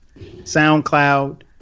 SoundCloud